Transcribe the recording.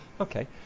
Okay